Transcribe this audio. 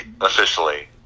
officially